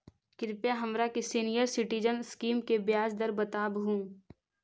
कृपा हमरा के सीनियर सिटीजन स्कीम के ब्याज दर बतावहुं